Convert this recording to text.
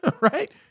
right